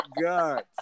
God